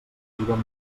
molt